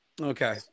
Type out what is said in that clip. Okay